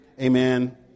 Amen